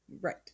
right